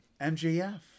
MJF